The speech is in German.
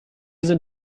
sind